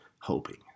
hoping